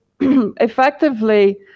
effectively